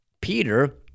Peter